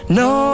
no